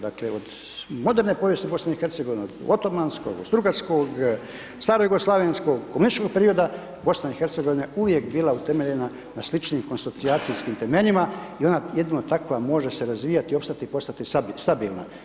Dakle, od moderne povijesti BiH, od otomanskog, od strugarskog, starojugoslavenskog, komunističkog perioda, BiH je uvijek bila utemeljena na sličnim konsocijacijskim temeljima i ona jedino takva može se razvijat i opstati i postati stabilna.